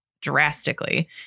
drastically